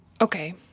Okay